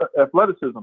athleticism